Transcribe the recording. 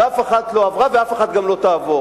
ואף אחת לא עברה ואף אחת גם לא תעבור,